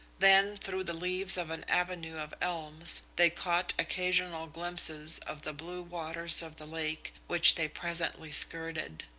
then, through the leaves of an avenue of elms, they caught occasional glimpses of the blue waters of the lake, which they presently skirted.